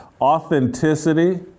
Authenticity